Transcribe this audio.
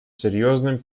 серьезным